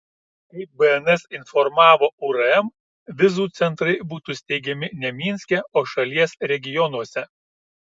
kaip bns informavo urm vizų centrai būtų steigiami ne minske o šalies regionuose